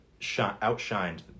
outshined